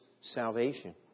salvation